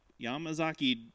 Yamazaki